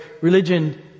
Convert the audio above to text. Religion